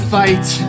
fight